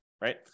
right